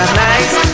nice